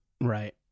Right